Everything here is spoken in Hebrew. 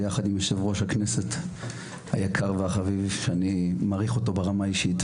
ביחד עם יושב-ראש הכנסת היקר והחביב שאני מעריך אותו ברמה האישית,